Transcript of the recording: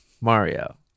Mario